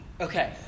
Okay